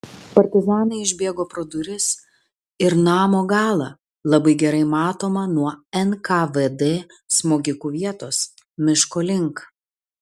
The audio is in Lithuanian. partizanai išbėgo pro duris ir namo galą labai gerai matomą nuo nkvd smogikų vietos miško link